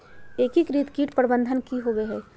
एकीकृत कीट प्रबंधन की होवय हैय?